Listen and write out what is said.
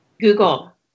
Google